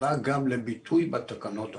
בא גם לביטוי בתקנות הנוכחיות.